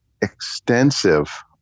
extensive